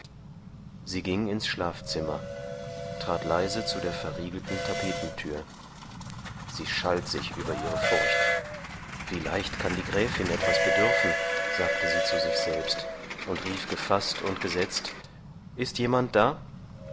sie ging ins schlafzimmer trat leise zu der verriegelten tapetentür sie schalt sich über ihre furcht wie leicht kann die gräfin etwas bedürfen sagte sie zu sich selbst und rief gefaßt und gesetzt ist jemand da